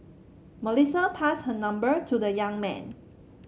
Melissa passed her number to the young man